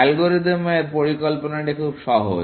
algorithm এর পরিকল্পনাটি খুব সহজ